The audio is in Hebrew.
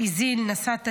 איזיל נשאת איוב,